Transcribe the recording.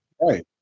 right